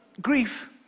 grief